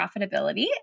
profitability